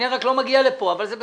הנייר רק לא מגיע לפה, אבל זה בסדר.